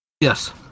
Yes